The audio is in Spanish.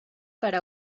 para